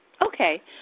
Okay